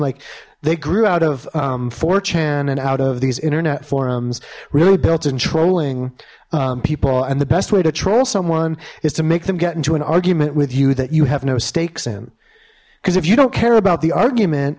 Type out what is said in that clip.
like they grew out of chan and out of these internet forums really built in trolling people and the best way to troll someone is to make them get into an argument with you that you have no stakes in because if you don't care about the argument